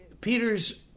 Peter's